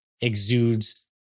exudes